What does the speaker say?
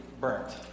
burnt